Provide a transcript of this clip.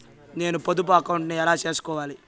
నేను పొదుపు అకౌంటు ను ఎలా సేసుకోవాలి?